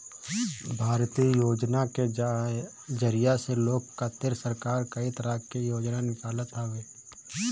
भारतीय योजना के जरिया से लोग खातिर सरकार कई तरह के योजना निकालत हवे